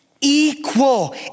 equal